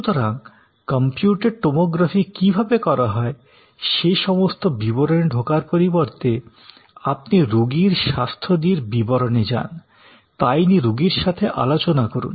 সুতরাং computed tomography কী ভাবে করা হয় সে সমস্ত বিবরণে ঢোকার পরিবর্তে আপনি রুগীর স্বাস্থ্যাদির বিবরণে যান তাই নিয়ে রুগীর সাথে আলোচনা করুন